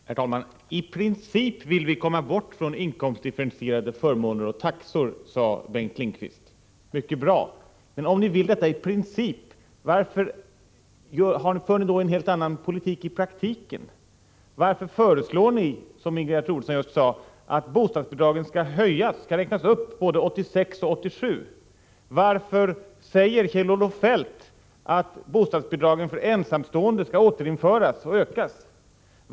Herr talman! I princip vill vi komma bort från inkomstdifferentierade förmåner och taxor, sade Bengt Lindqvist. Mycket bra! Men om ni vill detta i princip, varför för ni då en helt annan politik i praktiken? Varför föreslår ni, som Ingegerd Troedsson just sade, att bostadsbidragen skall räknas upp både 1986 och 1987? Varför säger Kjell-Olof Feldt att bostadsbidragen för ensamstående skall återinföras och ökas?